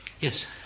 Yes